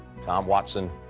tom watson